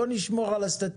אז בואו נשמור על הסטטיסטיקה.